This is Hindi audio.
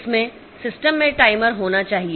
इसमें सिस्टम में टाइमर होना चाहिए